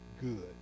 good